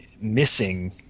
missing